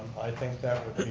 i think that would